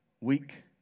weak